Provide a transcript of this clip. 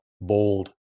Bold